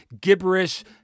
gibberish